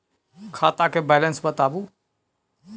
खाता के बैलेंस बताबू?